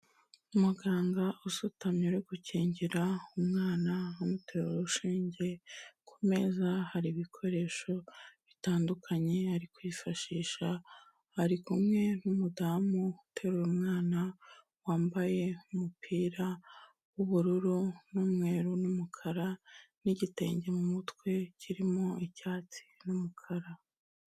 Umuganga usutamye uri gukingira umwana amutera urushinge, ku meza hari ibikoresho bitandukanye ari kwifashisha, ari kumwe n'umudamu uteruye umwana, wambaye umupira w'ubururu n'umweru n'umukara n'igitenge mu mutwe kirimo icyatsi n'umukara.